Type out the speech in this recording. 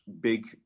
big